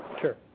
Sure